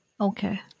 Okay